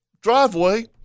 driveway